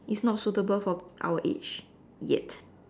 it's not suitable for our age yet